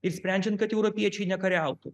ir sprendžiant kad europiečiai nekariautų